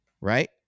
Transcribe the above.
Right